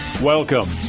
Welcome